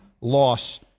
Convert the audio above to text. loss